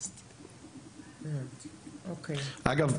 אגב,